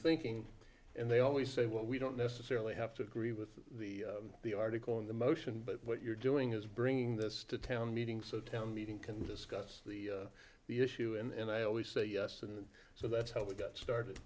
thinking and they always say what we don't necessarily have to agree with the article in the motion but what you're doing is bringing this to town meeting so town meeting can discuss the issue and i always say yes and so that's how we got started